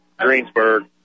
Greensburg